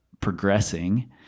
progressing